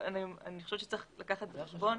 אני חושבת שצריך לקחת בחשבון.